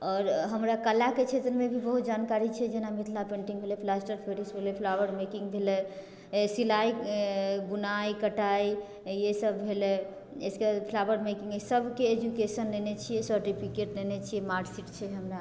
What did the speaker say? आओर हमरा कलाके क्षेत्रमे भी बहुत जानकारी छै जेना मिथिला पेन्टिङ्ग भेलै प्लास्टर पेरिस भेलै फ्लावर मेकिङ्ग भेलै सिलाइ बुनाइ कटाइ ई सब भेलै एकर बाद फ्लावर मेकिङ्ग सबके एजुकेशन नेने छियै सर्टिफिकेट नेने छियै मार्कशीट छै हमरा